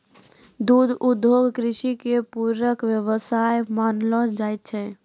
दुग्ध उद्योग कृषि के पूरक व्यवसाय मानलो जाय छै